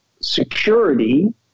security